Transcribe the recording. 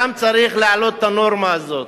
שם צריך להעלות את הנורמה הזאת.